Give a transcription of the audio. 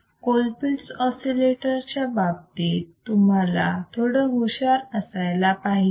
Colpitts oscillator च्या बाबतीत तुम्हाला थोडं हुशार असायला पाहिजे